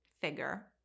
figure